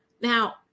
Now